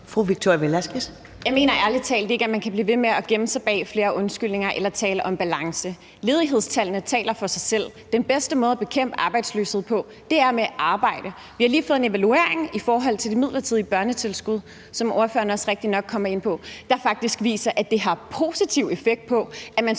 Victoria Velasquez (EL) : Jeg mener ærlig talt ikke, at man kan blive ved med at give flere undskyldninger eller tale om balance. Ledighedstallene taler for sig selv. Den bedste måde at bekæmpe arbejdsløshed på er med arbejde. Vi har lige fået en evaluering i forhold til det midlertidige børnetilskud, som ordføreren også rigtig nok kom ind på, der faktisk viser, at det, at man